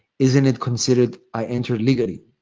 isn't it considered i entered legally?